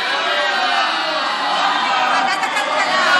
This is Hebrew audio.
ועדת הכלכלה.